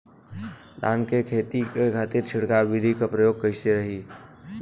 धान के खेती के खातीर छिड़काव विधी के प्रयोग कइसन रही?